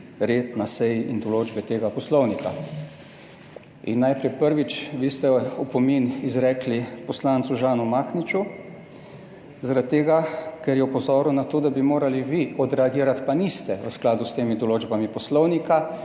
red na seji in določbe tega poslovnika.« In najprej, prvič, vi ste opomin izrekli poslancu Žanu Mahniču zaradi tega, ker je opozoril na to, da bi morali vi odreagirati, pa niste, v skladu s temi določbami Poslovnika,